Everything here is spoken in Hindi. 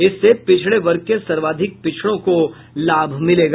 इससे पिछड़े वर्ग के सर्वाधिक पिछड़ों को लाभ मिलेगा